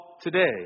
today